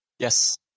yes